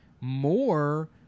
more